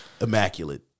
immaculate